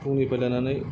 फुंनिफ्राय लानानै